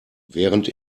während